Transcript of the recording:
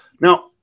Now